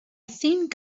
think